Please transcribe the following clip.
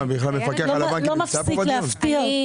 הוא לא מפסיק להפתיע אותי.